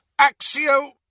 Axio